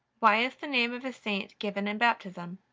why is the name of a saint given in baptism?